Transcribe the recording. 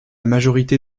majorité